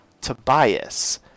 Tobias